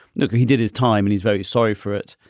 look, he did his time and he's very sorry for it.